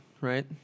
right